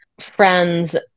friends